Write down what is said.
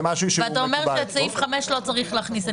ואתה אומר שאת סעיף 5 לא צריך להכניס.